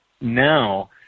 now